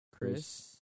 Chris